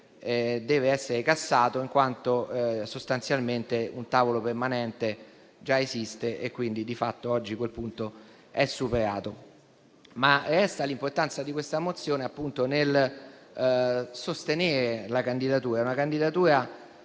deve essere soppresso, in quanto sostanzialmente un tavolo permanente già esiste, quindi di fatto oggi quel punto è superato. Resta l'importanza di questa mozione nel sostenere una candidatura